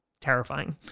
terrifying